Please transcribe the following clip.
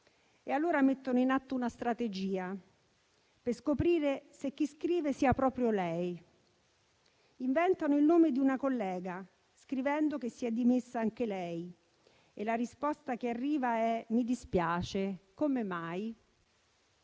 E allora mettono in atto una strategia, per scoprire se chi scrive sia proprio lei. Inventano il nome di una collega, scrivendo che si è dimessa anche lei; e la risposta che arriva è: «mi dispiace, come mai?».